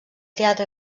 teatre